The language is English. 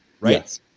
right